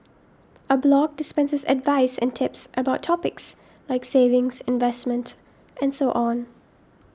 a blog dispenses advice and tips about topics like savings investment and so on